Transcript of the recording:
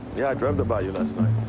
yeah i dreamt about you last night.